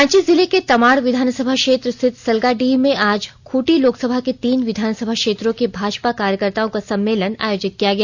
रांची जिले के तमाड़ विधानसभा क्षेत्र स्थित सलगाडीह में आज खूंटी लोकसभा के तीन विधानसभा क्षेत्रों के भाजपा कार्यकर्ताओं का सम्मेलन आयोजित किया गया